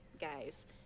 guys